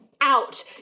out